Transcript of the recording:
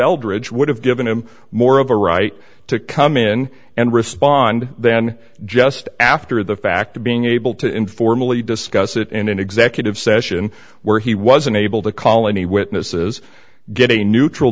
eldridge would have given him more of a right to come in and respond than just after the fact to being able to informally discuss it in an executive session where he was unable to call any witnesses get a neutral